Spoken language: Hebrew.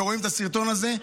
ורואים את הסרטון הזה,